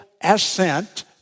assent